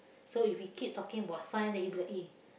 so if we keep talking about science then he be like eh